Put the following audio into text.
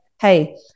Hey